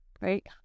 right